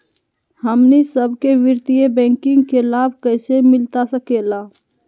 हमनी सबके वित्तीय बैंकिंग के लाभ कैसे मिलता सके ला?